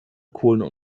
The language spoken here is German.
kohlen